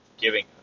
giving